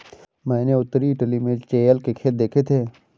मैंने उत्तरी इटली में चेयल के खेत देखे थे